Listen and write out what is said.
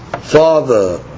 father